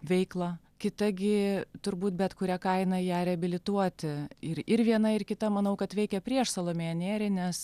veiklą kita gi turbūt bet kuria kaina ją reabilituoti ir ir viena ir kita manau kad veikia prieš salomėją nėrį nes